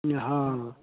इहाँ